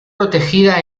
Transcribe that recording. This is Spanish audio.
protegida